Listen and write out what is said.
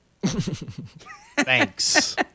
Thanks